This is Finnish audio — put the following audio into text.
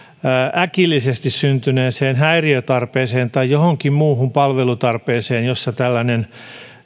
äkillisesti syntyneeseen häiriötarpeeseen tai johonkin muuhun palvelutarpeeseen jossa tällainen